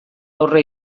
aurre